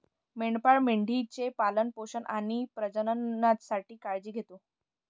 मेंढपाळ मेंढी चे पालन पोषण आणि प्रजननासाठी काळजी घेतो